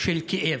של כאב.